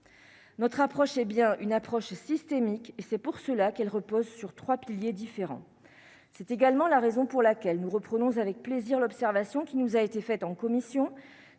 notre approche est bien une approche systémique et c'est pour cela qu'elle repose sur 3 piliers différent, c'est également la raison pour laquelle nous reprenons avec plaisir l'observation qui nous a été faite en commission